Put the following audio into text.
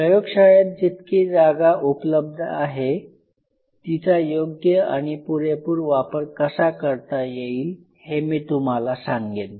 प्रयोगशाळेत जितकी जागा उपलब्ध आहे तिचा योग्य आणि पुरेपूर वापर कसा करता येईल हे मी तुम्हाला सांगेन